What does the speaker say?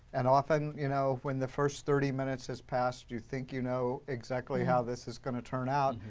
and often, you know when the first thirty minutes has passed, you think you know exactly how this is going to turn out.